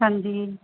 ਹਾਂਜੀ